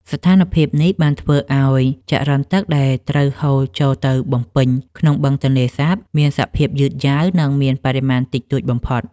ស្ថានភាពនេះបានធ្វើឱ្យចរន្តទឹកដែលត្រូវហូរចូលទៅបំពេញក្នុងបឹងទន្លេសាបមានសភាពយឺតយ៉ាវ និងមានបរិមាណតិចតួចបំផុត។